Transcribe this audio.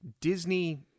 Disney